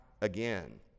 again